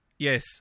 Yes